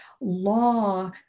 law